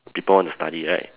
people want to study right